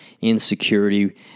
insecurity